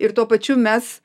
ir tuo pačiu mes